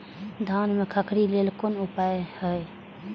धान में खखरी लेल कोन उपाय हय?